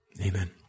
Amen